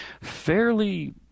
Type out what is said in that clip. fairly